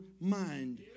mind